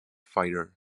fighter